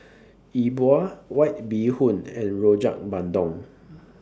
E Bua White Bee Hoon and Rojak Bandung